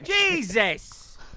Jesus